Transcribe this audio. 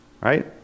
right